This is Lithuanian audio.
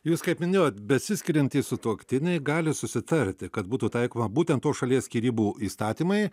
jūs kaip minėjot besiskiriantys sutuoktiniai gali susitarti kad būtų taikoma būtent tos šalies skyrybų įstatymai